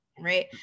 right